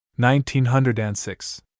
1906